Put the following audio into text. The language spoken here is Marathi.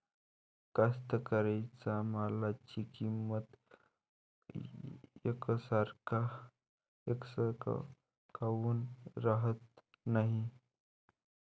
कास्तकाराइच्या मालाची किंमत यकसारखी काऊन राहत नाई?